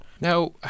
Now